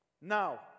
Now